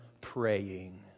praying